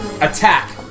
attack